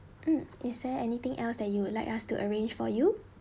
mm is there anything else that you would like us to arrange for you